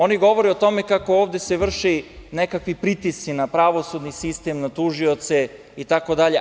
Oni govore tome kako se ovde vrše nekakvi pritisci na pravosudni sistem, na tužioce, itd.